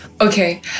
Okay